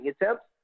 attempts